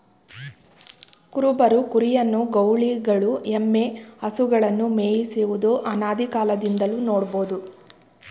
ಕುರುಬರು ಕುರಿಯನ್ನು, ಗೌಳಿಗಳು ಎಮ್ಮೆ, ಹಸುಗಳನ್ನು ಮೇಯಿಸುವುದು ಅನಾದಿಕಾಲದಿಂದಲೂ ನೋಡ್ಬೋದು